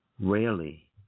Rarely